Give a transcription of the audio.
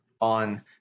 on